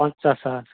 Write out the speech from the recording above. پنٛژاہ ساس